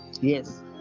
Yes